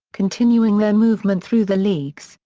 continuing their movement through the leagues,